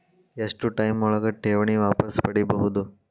ಎಷ್ಟು ಟೈಮ್ ಒಳಗ ಠೇವಣಿ ವಾಪಸ್ ಪಡಿಬಹುದು?